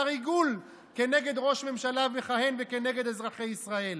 הריגול כנגד ראש ממשלה מכהן וכנגד אזרחי ישראל.